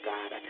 God